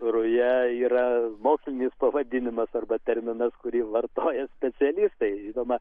ruja yra mokslinis pavadinimas arba terminas kurį vartoja specialistai žinoma